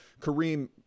Kareem